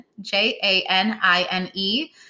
J-A-N-I-N-E